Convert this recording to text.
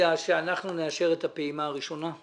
שאנחנו נאשר את הפעימה הראשונה.